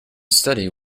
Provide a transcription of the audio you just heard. steady